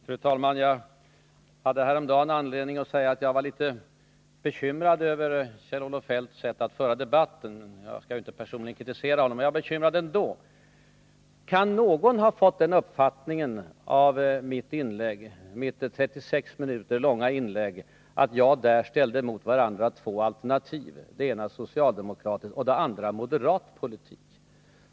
Fru talman! Jag hade häromdagen anledning att säga att jag var bekymrad över Kjell-Olof Feldts sätt att föra debatten. Jag borde inte kritisera honom personligen, men jag måste också nu säga att jag är bekymrad. Kan någon ha fått den uppfattningen av mitt 36 minuter långa inlägg att jag i det ställde emot varandra två alternativ: det ena socialdemokratisk politik och det andra moderat politik?